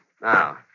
Now